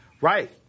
Right